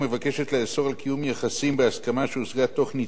קיום יחסים בהסכמה שהושגה תוך ניצול תלות,